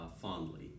fondly